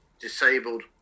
disabled